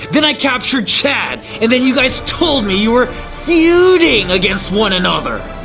then i captured chad. and then you guys told me you were feuding against one another,